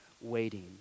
waiting